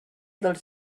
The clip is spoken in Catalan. dels